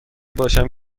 باشم